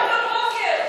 בבוקר.